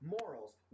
morals